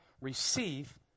receive